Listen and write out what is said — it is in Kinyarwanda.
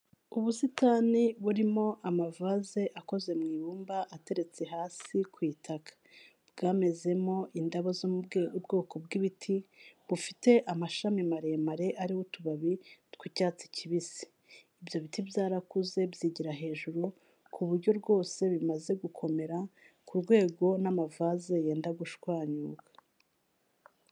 Ubusitani burimo amavase akoze mu ibumba ateretse hasi ku itaka, bwamezemo indabo zo mu bwoko bw'ibiti bufite amashami maremare ariho utubabi tw'icyatsi kibisi, ibyo biti byarakuze byigira hejuru kuburyo rwose bimaze gukomera ku rwego n'amavase yenda gushwanyuka.